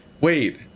wait